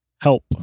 help